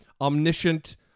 omniscient